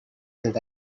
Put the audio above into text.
that